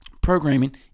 programming